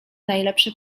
najlepsze